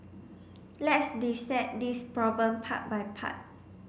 let's dissect this problem part by part